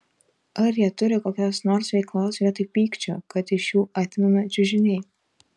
ar jie turi kokios nors veiklos vietoj pykčio kad iš jų atimami čiužiniai